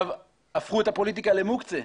הפכו את הפוליטיקה למוקצה,